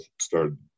started